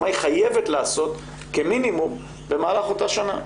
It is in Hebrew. מה היא חייבת לעשות כמינימום במהלך אותה שנה.